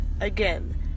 Again